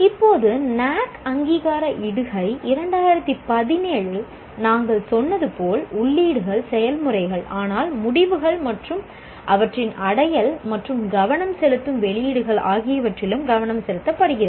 இப்போது NAAC அங்கீகார இடுகை 2017 நாங்கள் சொன்னது போல் உள்ளீடுகள் செயல்முறைகள் ஆனால் முடிவுகள் மற்றும் அவற்றின் அடையல் மற்றும் கவனம் செலுத்தும் வெளியீடுகள் ஆகியவற்றிலும் கவனம் செலுத்தப்படுகிறது